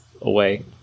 away